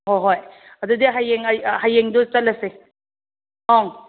ꯍꯣꯏ ꯍꯣꯏ ꯑꯗꯨꯗꯤ ꯍꯌꯦꯡ ꯍꯌꯦꯡꯗꯨ ꯆꯠꯂꯁꯦ ꯑꯪ